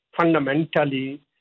fundamentally